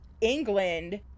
England